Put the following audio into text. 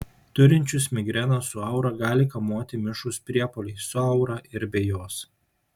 turinčius migreną su aura gali kamuoti mišrūs priepuoliai su aura ir be jos